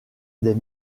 des